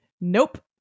Nope